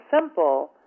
simple